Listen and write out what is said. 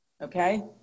okay